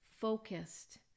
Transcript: focused